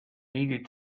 needed